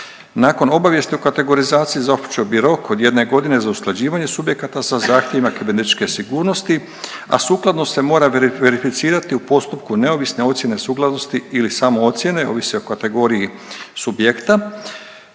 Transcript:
Nakon obavijesti o kategorizaciji započeo bi rok od jedne godine za usklađivanje subjekata sa zahtjevima kibernetičke sigurnosti, a sukladno se mora verificirati u postupku neovisne ocjene sukladnosti ili samo ocjene ovisi o kategoriji subjekta